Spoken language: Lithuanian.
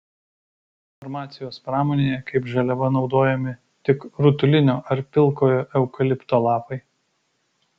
farmacijos pramonėje kaip žaliava naudojami tik rutulinio ar pilkojo eukalipto lapai